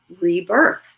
rebirth